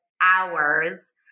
hours